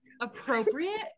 appropriate